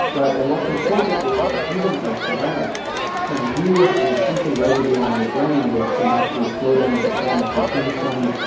right, and what's important is that even a glance can leave an attention residue on your brain which can actually slow down your performance for ten, twenty,